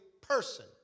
person